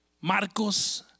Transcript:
Marcos